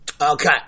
Okay